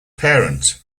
parent